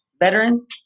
veteran